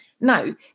Now